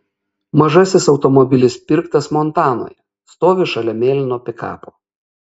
mažasis automobilis pirktas montanoje stovi šalia mėlyno pikapo